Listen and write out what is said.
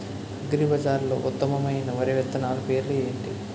అగ్రిబజార్లో ఉత్తమమైన వరి విత్తనాలు పేర్లు ఏంటి?